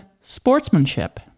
sportsmanship